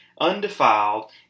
undefiled